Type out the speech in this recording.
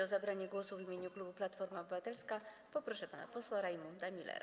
O zabranie głosu w imieniu klubu Platforma Obywatelska poproszę pana posła Rajmunda Millera.